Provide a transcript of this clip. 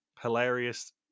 hilarious